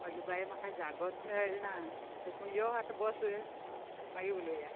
आगे बाये म्हाका जागोच मेळना तश् म्हूण यो आता बस मागीर उलोवया